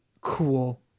cool